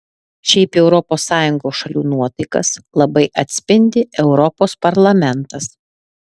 šiaip europos sąjungos šalių nuotaikas labai atspindi europos parlamentas